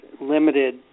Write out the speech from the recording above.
limited